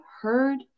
heard